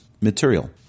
material